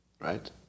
Right